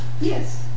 Yes